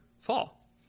fall